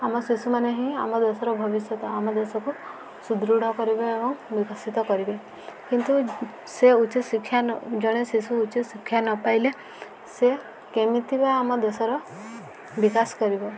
ଆମ ଶିଶୁମାନେ ହିଁ ଆମ ଦେଶର ଭବିଷ୍ୟତ ଆମ ଦେଶକୁ ସୁଦୃଢ଼ କରିବେ ଏବଂ ବିକଶିତ କରିବେ କିନ୍ତୁ ସେ ଉଚ୍ଚ ଶିକ୍ଷା ଜଣେ ଶିଶୁ ଉଚ୍ଚ ଶିକ୍ଷା ନ ପାଇଲେ ସେ କେମିତି ବା ଆମ ଦେଶର ବିକାଶ କରିବ